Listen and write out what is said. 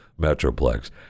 Metroplex